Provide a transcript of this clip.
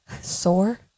Sore